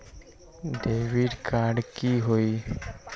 Debit card की होई?